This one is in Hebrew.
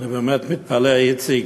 אני באמת מתפלא, איציק,